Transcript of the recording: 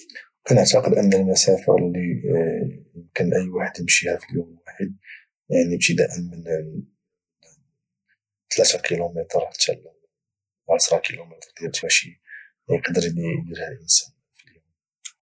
كنعتقد ان المسافه اللي يمكن يقدر اي واحد يمشيها اليوم الواحد يعني ابتداء من 3 كلم حتى العشره كلم ديال المشي اللي يقدر يدير على الانسان في اليوم